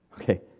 Okay